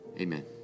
Amen